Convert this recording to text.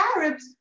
Arabs